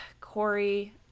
Corey